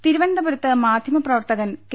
M തിരുവനന്തപുരത്ത് മാധ്യമപ്രവർത്തകൻ K